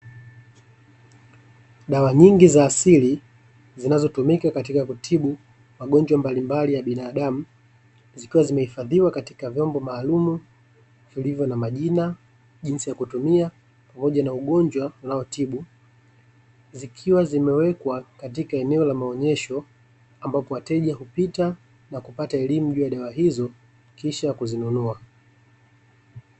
Dawa nyingi za asili zinazotumika katika kutibu magonjwa mbalimbali ya binadamu, zikiwa zimehifadhiwa katika vyombo maalumu vilivyo na majina, jinsi ya kutumia pamoja na ugonjwa unaotibu. Zikiwa zimewekwa katika eneo la maonyesho ambapo wateja hupita na kupata elimu juu ya dawa hizo, kisha kuzinunua.